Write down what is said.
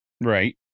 Right